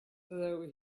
though